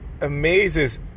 amazes